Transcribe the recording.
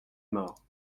morts